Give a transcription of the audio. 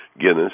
Guinness